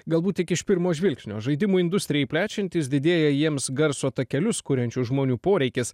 galbūt tik iš pirmo žvilgsnio žaidimų industrijai plečiantis didėja jiems garso takelius kuriančių žmonių poreikis